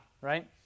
right